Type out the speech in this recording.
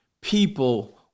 people